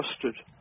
trusted